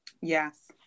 yes